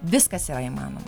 viskas yra įmanoma